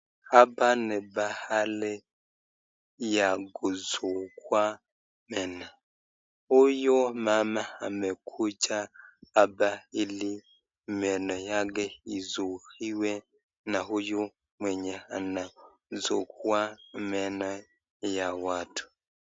Hapa ni mahali ya kusugua meno. Huyo mama amekuja hapa ili meno yake isuguliwe na huyo mwenye anasugua meno ya watu.